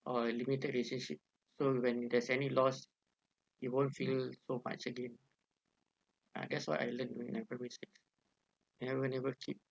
or limited relationship so when there's any loss you won't feel so much again ah that's what I learn in my primary six and I'll never keep